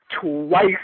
twice